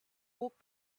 walked